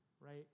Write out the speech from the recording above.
right